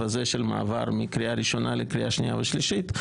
הזה של המעבר מקריאה ראשונה לקריאה שנייה ושלישית.